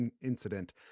incident